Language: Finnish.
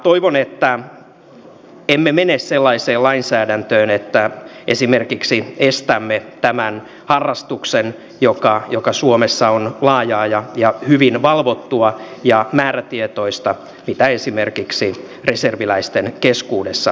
toivon että emme mene sellaiseen lainsäädäntöön että esimerkiksi estämme tämän harrastuksen joka suomessa on laajaa hyvin valvottua ja määrätietoista mitä esimerkiksi reserviläisten keskuudessa tehdään